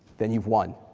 then you've won,